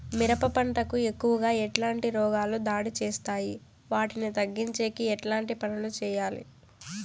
మిరప పంట కు ఎక్కువగా ఎట్లాంటి రోగాలు దాడి చేస్తాయి వాటిని తగ్గించేకి ఎట్లాంటి పనులు చెయ్యాలి?